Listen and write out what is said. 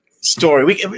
Story